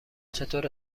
چطور